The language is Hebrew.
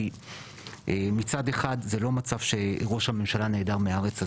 כי מצד אחד זה לא מצב שראש הממשלה נעדר מהארץ,